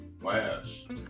last